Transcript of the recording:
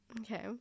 Okay